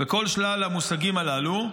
וכל שלל המושגים הללו,